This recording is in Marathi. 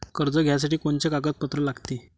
कर्ज घ्यासाठी कोनचे कागदपत्र लागते?